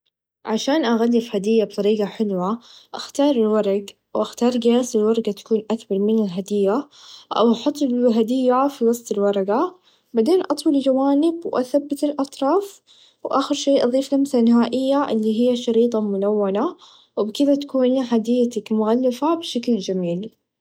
عشان أغلف هديه بطريقه حلوه أختار الورق و أختار قيس الورقه تكون أثبل من الهديه أو أحط الهديه في وسط الورقه بعدين أطوي الچوانب و أثبت الأطراف و آخر شئ أظيف لمسه نهائيه إلي هى الشريطه الملونه و بكذا تكون هديتك مغلفه بشكل چميل.